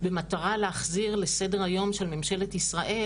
במטרה להחזיר לסדר היום של ממשלת ישראל,